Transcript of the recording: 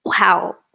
Wow